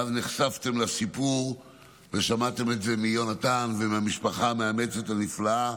ואז נחשפתם לסיפור ושמעתם מיונתן ומהמשפחה המאמצת הנפלאה